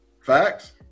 Facts